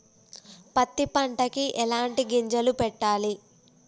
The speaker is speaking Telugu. పత్తి పంటకి ఎలాంటి గింజలు పెట్టాలి?